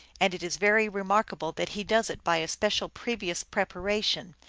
and it is very remarkable that he does it by a special previous preparation.